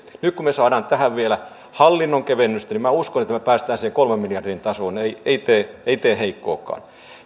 avulla nyt kun me saamme tähän vielä hallinnon kevennystä niin minä uskon että me pääsemme sinne kolmen miljardin tasoon ei tee ei tee heikkoakaan